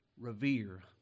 Revere